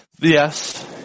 Yes